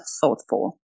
thoughtful